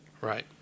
Right